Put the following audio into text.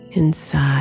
inside